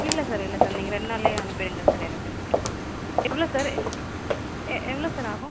இல்லை சார் இல்லை சார் நீங்கள் ரெண்டு நாளிலே அனுப்பிடுங்கள் சார் எனக்கு எவ்வளோ சார் ஏ எவ்வளோ சார் ஆகும்